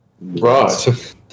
Right